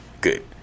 Good